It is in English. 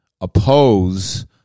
oppose